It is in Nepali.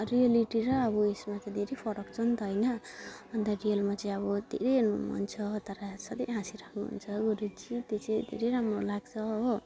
रियलटी र अब उयसमा धेरै फरक छ नि त होइन अन्त रियलमा चाहिँ अब धेरै हेर्नु मन छ तर सधैँ हाँसि राख्नुहुन्छ गुरुजी त्यसैले धेरै राम्रो लाग्छ हो